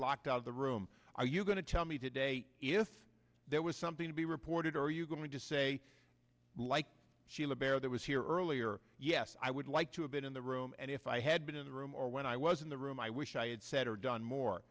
locked out of the room are you going to tell me today if there was something to be reported are you going to say like sheila bair there was here earlier yes i would like to have been in the room and if i had been in the room or when i was in the room i wish i had said or done more